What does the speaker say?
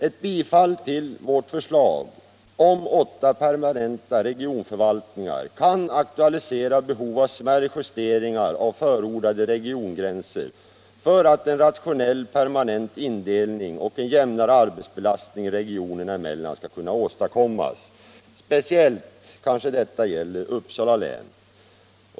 Eti bifall till vårt förslag om åtta permanenta regionförvaltningar kan aktualisera behov av smärre justeringar av förordade regiongränser för att en rationell, permanent indelning och en jämnare arbetsbelastning regionerna emellan skall kunna åstadkommas. Speciellt torde detta gälla Uppsala län.